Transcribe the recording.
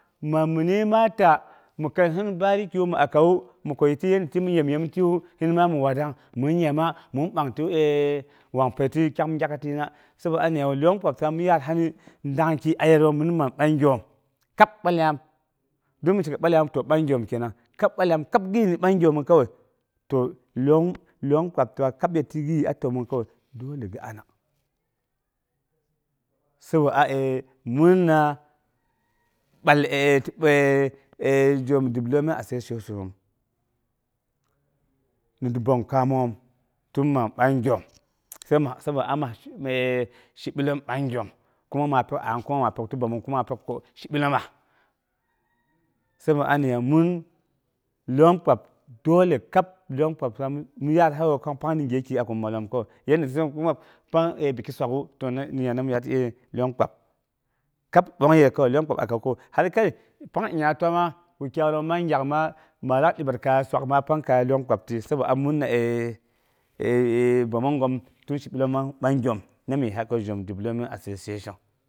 Ma minu ma da mi kaisin bariki ma akawu mi kwati ye yemyen kiwu sinma mi wadda min yema min ɓam ti eea wanpəi kyang'um gyak'ətna, sabo mi lyong kpabfa mi yaarsa mi dangki a yegoom min ma bagyoom kab balyam don mi she ko balyaam to bagyoom, balyam kab gibi bagyoomu kawai lyong kpab gira. kab de ti giyii ta təmong kowai dole gi ana sabo a eee murna ɓal development association noom. gin bəom kaamoom tima bagyoom saba ama eee shibilum bagyoom kuma ma pi anang kuma ma pyok ti bəomong kuma a pyok ko shibilomas. Sabo a niya min lyong kpab dole kab lyong kpab mi yaahaye pang ni gyeki a kin malloom kowai, yanda sin kuma pang eee ni buki swak'u to nina ni mi yaar lyong kpab. kab bongnongyəi lyong kpab min akawu kowai hal kai pang nyingnya tiwama wukyai yoom man gyak maa lak dibar kaya swakma pang kaya lyong sobonang murna eee bəomonggoom tin shibilom bagyom ni yisha ko jom development association.